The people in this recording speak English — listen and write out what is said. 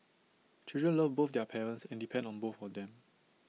children love both their parents and depend on both of them